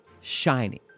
shining